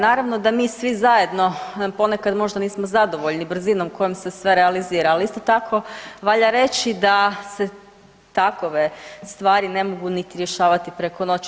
Naravno da mi svi zajedno ponekad možda nismo zadovoljni brzinom kojom se sve realizira, ali isto tako valja reći da se takove stvari ne mogu niti rješavati preko noći.